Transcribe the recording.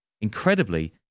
Incredibly